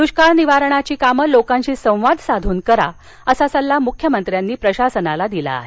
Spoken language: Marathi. दृष्काळ निवारणाची कामं लोकांशी संवाद साधून करा असा सल्ला मुख्यमंत्र्यांनी प्रशासनाला दिला आहे